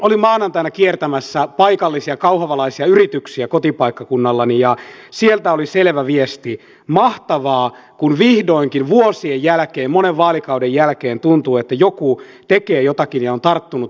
olin maanantaina kiertämässä paikallisia kauhavalaisia yrityksiä kotipaikkakunnallani ja sieltä oli selvä viesti että mahtavaa kun vihdoinkin vuosien jälkeen monen vaalikauden jälkeen tuntuu että joku tekee jotakin ja on tarttunut asioihin